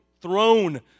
throne